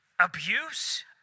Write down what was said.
Abuse